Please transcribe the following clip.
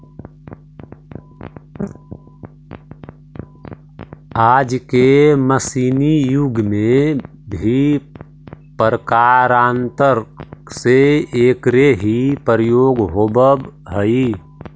आज के मशीनी युग में भी प्रकारान्तर से एकरे ही प्रयोग होवऽ हई